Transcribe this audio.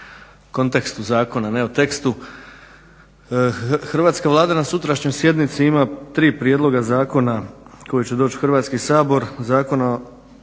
Hrvatska Vlada na sutrašnjoj sjednici ima 3 prijedloga zakona koji će doći u Hrvatski sabor,